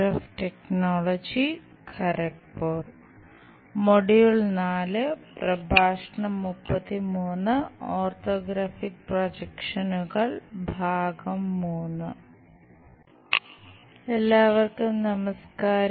orthographic പ്രൊജക്ഷനുകൾ II എല്ലാവർക്കും നമസ്ക്കാരം